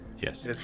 Yes